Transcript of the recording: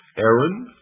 aaron,